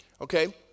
Okay